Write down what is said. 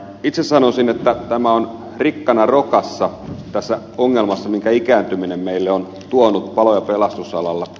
itse sanoisin että tämä on rikkana rokassa tässä ongelmassa minkä ikääntyminen meille on tuonut palo ja pelastusalalla